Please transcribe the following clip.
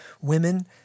Women